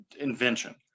invention